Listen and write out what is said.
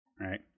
right